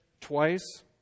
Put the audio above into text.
twice